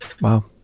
Wow